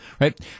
right